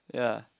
ya